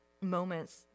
moments